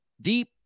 deep